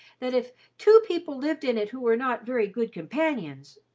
that if two people lived in it who were not very good companions,